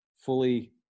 fully